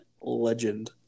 legend